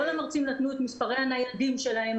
כל המרצים נתנו את מספרי הניידים שלהם,